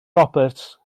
roberts